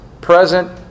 present